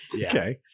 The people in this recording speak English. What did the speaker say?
okay